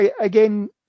again